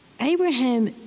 Abraham